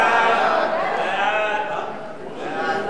הודעת הממשלה על